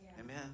Amen